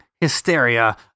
Hysteria